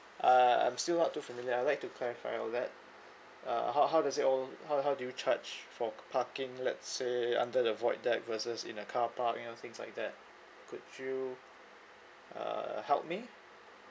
uh I'm still not too familiar I would like to clarify all that uh how how does it hold how how do you charge for parking lets say under the void deck versus in a carpark you know things like that could you uh help me